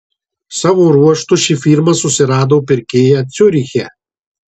savo ruožtu ši firma susirado pirkėją ciuriche